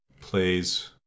plays